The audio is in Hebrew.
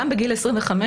גם בגיל 25,